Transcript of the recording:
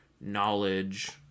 knowledge